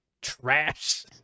trash